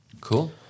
Cool